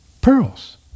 pearls